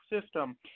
system